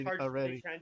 already